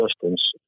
distance